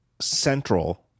central